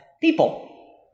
people